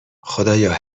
خدایا